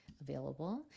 available